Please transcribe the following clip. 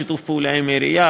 בשיתוף פעולה עם העירייה,